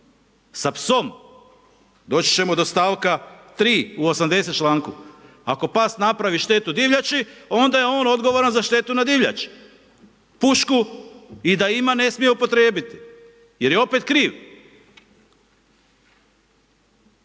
Sa psom? Dođi ćemo do stavka 3., u 80 članku. Ako pas napravi štetu divljači, onda je on odgovoran za štetu na divljači. Pušku i da ima, ne smije upotrijebiti, jer je opet kriv.